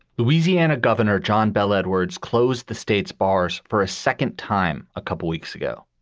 louisiana governor john bel edwards closed the state's bars for a second time a couple weeks ago.